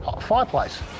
Fireplace